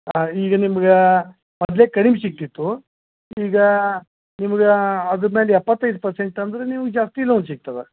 ಹಾಂ ಈಗ ನಿಮ್ಗೆ ಮೊದ್ಲು ಕಡಿಮೆ ಸಿಗ್ತಿತ್ತು ಈಗ ನಿಮ್ಗೆ ಅದ್ರ ಮೇಲೆ ಎಪ್ಪತ್ತೈದು ಪರ್ಸೆಂಟ್ ಅಂದ್ರೆ ನಿಮ್ಗೆ ಜಾಸ್ತಿ ಲೋನ್ ಸಿಗ್ತದೆ